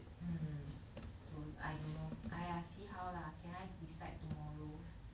mm so I don't know !aiya! see how lah can I decide tomorrow